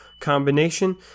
combination